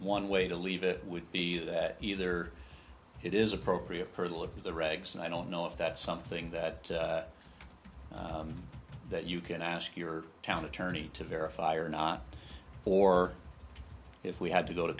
one way to leave it would be that either it is appropriate pirtle of the regs and i don't know if that's something that that you can ask your town attorney to verify or not or if we had to go to